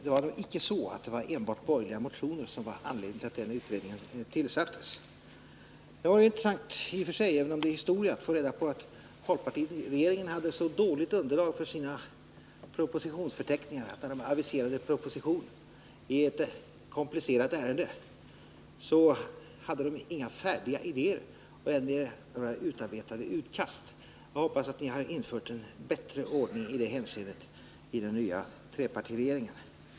Det var nog icke så, att det var enbart borgerliga motioner som var anledningen till att denna utredning tillsattes. Det var intressant i och för sig, även om det är historia, att få reda på att folkpartiregeringen hade så dåligt underlag för sina propositionsförteckningar att den, när den aviserade proposition i ett komplicerat ärende, inte hade några färdiga idéer, än mindre några utarbetade utkast. Jag hoppas att ni har infört en bättre ordning i det hänseendet i den nya trepartiregeringen.